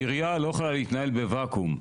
עירייה לא יכולה להתנהל בוואקום.